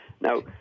now